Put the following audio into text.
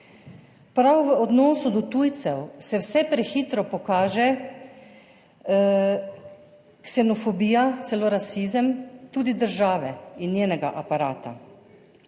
Prav v odnosu do tujcev se vse prehitro pokaže ksenofobija, celo rasizem, tudi države in njenega aparata.